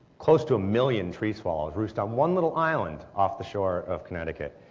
close to a million tree swallows roost on one little island off the shore of connecticut.